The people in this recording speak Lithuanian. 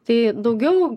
tai daugiau